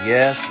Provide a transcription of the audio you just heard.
Yes